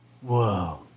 Whoa